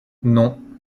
non